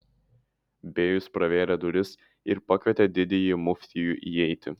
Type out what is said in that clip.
bėjus pravėrė duris ir pakvietė didįjį muftijų įeiti